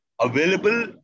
available